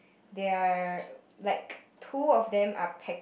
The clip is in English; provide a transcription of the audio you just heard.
they are like two of them are peck